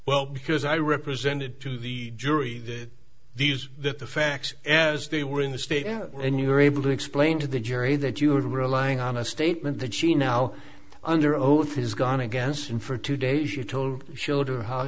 well because i represented to the jury that these that the facts as they were in the state and you were able to explain to the jury that you are relying on a statement that she now under oath is gone against him for two days you told showed her how